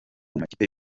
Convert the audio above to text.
makipe